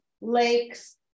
lakes